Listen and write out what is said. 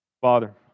Father